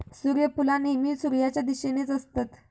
सुर्यफुला नेहमी सुर्याच्या दिशेनेच असतत